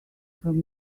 from